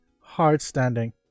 hard-standing